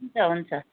हुन्छ हुन्छ